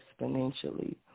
exponentially